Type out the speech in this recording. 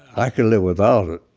i could live without it,